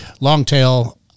Long-tail